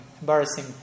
embarrassing